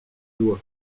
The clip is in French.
doit